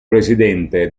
presidente